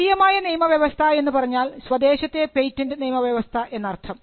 ദേശീയമായ നിയമവ്യവസ്ഥ എന്നുപറഞ്ഞാൽ സ്വദേശത്തെ പേറ്റന്റ് നിയമവ്യവസ്ഥ എന്നർത്ഥം